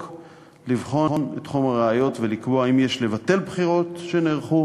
לבחון את חומר הראיות ולקבוע אם יש לבטל בחירות שנערכו